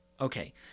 Okay